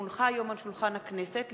כי הונחה היום על שולחן הכנסת,